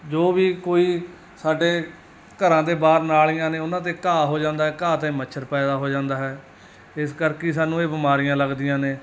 ਜੋ ਵੀ ਕੋਈ ਸਾਡੇ ਘਰਾਂ ਦੇ ਬਾਹਰ ਨਾਲੀਆਂ ਨੇ ਉਹਨਾਂ 'ਤੇ ਘਾਹ ਹੋ ਜਾਂਦਾ ਹੈ ਘਾਹ 'ਤੇ ਮੱਛਰ ਪੈਦਾ ਹੋ ਜਾਂਦਾ ਹੈ ਇਸ ਕਰਕੇ ਸਾਨੂੰ ਇਹ ਬਿਮਾਰੀਆਂ ਲੱਗਦੀਆਂ ਨੇ